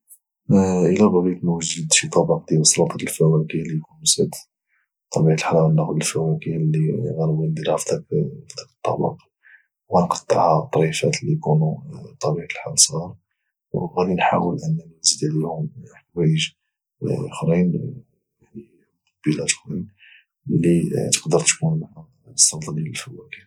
الا بغيت نوجد شي طبق ديال السلطه الفواكه اللي يكون بسيط بطبيعه الحال غاناخذ الفواكه اللي غانبغي نديرها في ذاك الطبق وغانقطعها لاطريفات اللي غايكونوا بطبيعه الحال صغار غادي نحاول انني نزيد عليهم حوايج اخرين يعني مقبله اخرين اللي تقدر تكون السلطه ديال الفواكه